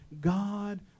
God